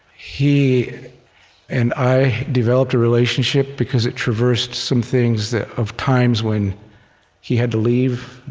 he and i developed a relationship, because it traversed some things that of times when he had to leave,